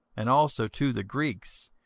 and also to the greeks,